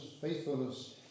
faithfulness